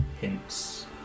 hints